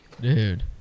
Dude